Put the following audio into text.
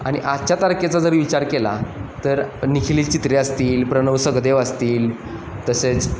आणि आजच्या तारखेचा जर विचार केला तर निखिल चित्रे असतील प्रणव सखदेव असतील तसेच